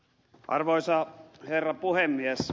arvoisa herra puhemies